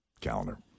calendar